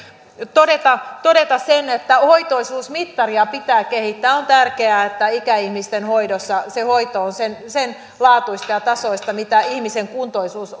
todeta todeta sen että hoitoisuusmittaria pitää kehittää on tärkeää että ikäihmisten hoidossa se hoito on sen laatuista ja tasoista mitä ihmisen kuntoisuus